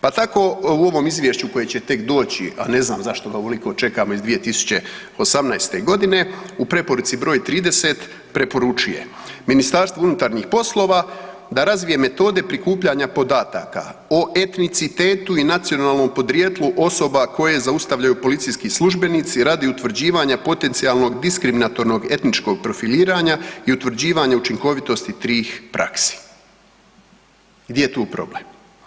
Pa tako u ovom izvješću koje će tek doći a ne znam zašto ga ovoliko čekamo, iz 2018. g., u preporuci br. 30 preporučuje: „Ministarstvo unutarnjih poslova da razvije metode prikupljanja podataka o etnicitetu i nacionalnom podrijetlu osoba koje zaustavljaju policijski službenici radi utvrđivanja potencijalnog diskriminatornog etničkog profiliranja i utvrđivanja učinkovitosti tih praksi.“ Gdje je tu problem?